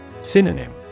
Synonym